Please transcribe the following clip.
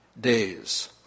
days